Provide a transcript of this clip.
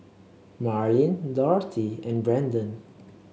Marlyn Dorthy and Brandon